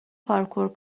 پارکور